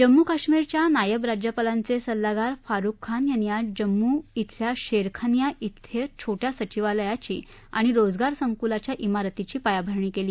जम्मू कश्मीरच्या नायब राज्यपालांच खिल्लागार फारूक खान यांनी आज जम्मू इथल्या शख्खानिया इथं छोट्या सचिवालयाची आणि रोजगार संकुलाच्या इमारतीची पायाभरणी कली